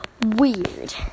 weird